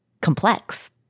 complex